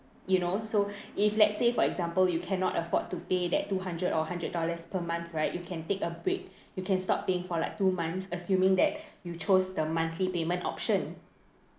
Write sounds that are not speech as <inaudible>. you know so <breath> if let's say for example you cannot afford to pay that two hundred or hundred dollars per month right you can take a break you can stop paying for like two months assuming that you chose the monthly payment option